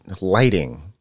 lighting